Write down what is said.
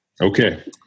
Okay